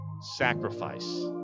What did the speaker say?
sacrifice